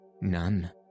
None